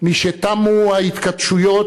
משתמו ההתכתשויות,